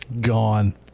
Gone